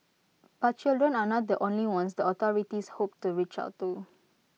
but children are not the only ones the authorities hope to reach out to